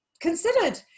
considered